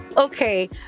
Okay